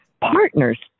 partners